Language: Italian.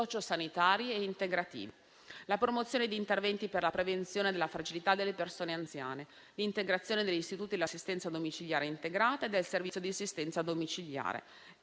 Grazie